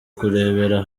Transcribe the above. kurebera